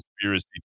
conspiracy